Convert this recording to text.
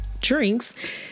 drinks